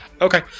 Okay